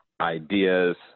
ideas